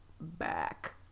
back